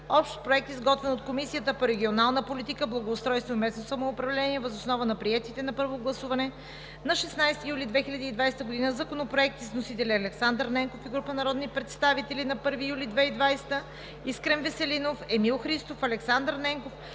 Общ проект, изготвен от Комисията по регионална политика, благоустройство и местно самоуправление въз основа на приетите на първо гласуване на 16 юли 2020 г. законопроекти с вносители: Александър Ненков и група народни представители на 1 юли 2020 г.; Искрен Веселинов, Емил Христов, Александър Ненков